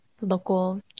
local